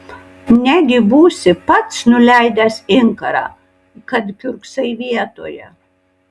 negi būsi pats nuleidęs inkarą kad kiurksai vietoje